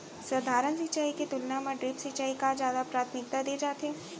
सधारन सिंचाई के तुलना मा ड्रिप सिंचाई का जादा प्राथमिकता दे जाथे